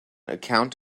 account